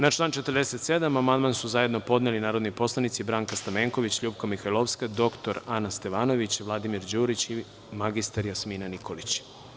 Na član 47. amandman su zajedno podneli narodni poslanici Branka Stamenković, LJupka Mihajlovska, dr Ana Stevanović, Vladimir Đurić i mr Jasmina Nikolić.